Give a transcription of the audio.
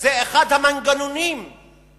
זה אחד המנגנונים שנעשים